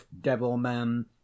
devil-man